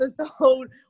episode